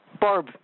Barb